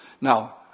Now